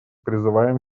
призываем